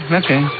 okay